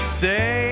say